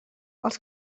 els